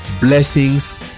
blessings